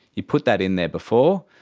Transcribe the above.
you put that in there before,